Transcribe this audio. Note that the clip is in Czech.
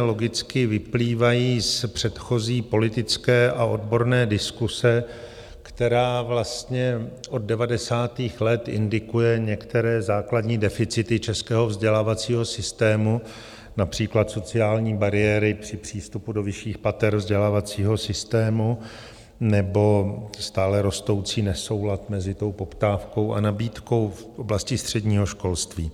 logicky vyplývají z předchozí politické a odborné diskuse, která vlastně od devadesátých let indikuje některé základní deficity českého vzdělávacího systému, například sociální bariéry při přístupu do vyšších pater vzdělávacího systému nebo stále rostoucí nesoulad mezi tou poptávkou a nabídkou v oblasti středního školství.